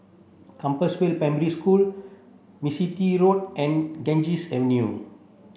Compassvale Primary School Mistri Road and Ganges Avenue